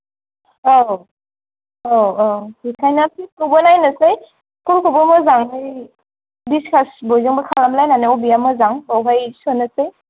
औ औ औ बेखायनो फिसखौबो नायनोसै स्कुल खौबो मोजाङै डिस्कास बयजोंबो खालामलायनानै बबेया मोजां बावहाय सोनोसै